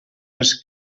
pels